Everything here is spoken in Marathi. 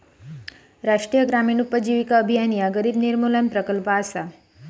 राष्ट्रीय ग्रामीण उपजीविका अभियान ह्या गरिबी निर्मूलन प्रकल्प असा